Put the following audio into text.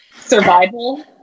survival